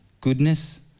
goodness